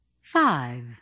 Five